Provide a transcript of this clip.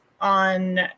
on